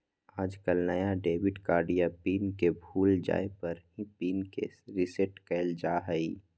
आजकल नया debit card या पिन के भूल जाये पर ही पिन के रेसेट कइल जाहई